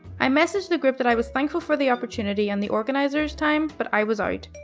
i messaged the group that i was thankful for the opportunity and the organizer's time, but i was out.